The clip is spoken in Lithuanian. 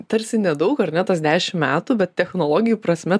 tarsi nedaug ar ne tas dešimt metų bet technologijų prasme